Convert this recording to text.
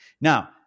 Now